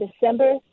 December